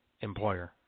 employer